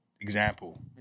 example